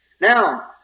Now